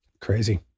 Crazy